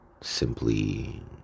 Simply